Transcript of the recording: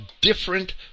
different